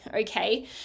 okay